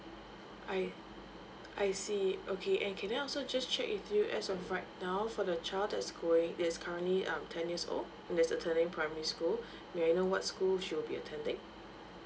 I I see okay and can I also just check with you as of right now for the child that is going is currently um ten years old that's attending primary school may I know what school she will be attending